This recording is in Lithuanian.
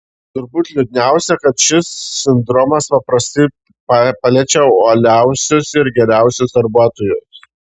turbūt liūdniausia kad šis sindromas paprastai paliečia uoliausius ir geriausius darbuotojus